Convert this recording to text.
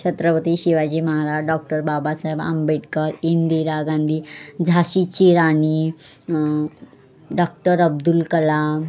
Chhatrapati Shivaji Maharaj doctor Babasaheb Ambedkar Indira Gandhi झाशीची राणी doctor Abdul Kalam